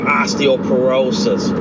osteoporosis